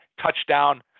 touchdown